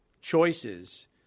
choices